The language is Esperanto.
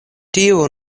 tio